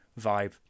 vibe